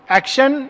action